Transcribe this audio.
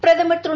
பிரதமர் திரு